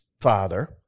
father